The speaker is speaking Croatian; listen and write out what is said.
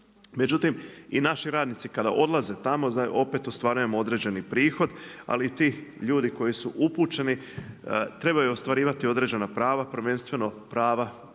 Međutim, i naši radnici kada odlaze tamo opet ostvarujemo određeni prihod, ali ti ljudi koji su upućeni trebaju ostvarivati određena prava, prvenstveno prava na